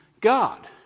God